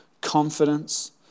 confidence